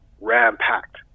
ram-packed